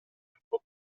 tempo